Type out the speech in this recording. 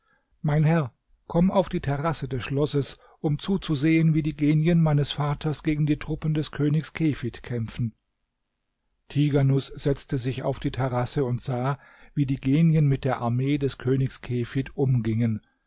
mein herr komm auf die terrasse des schlosses um zuzusehen wie die genien meines vaters gegen die truppen des königs kefid kämpfen tighanus setzte sich auf die terrasse und sah wie die genien mit der armee des königs kefid umgingen